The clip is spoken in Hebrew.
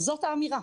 זאת האמירה.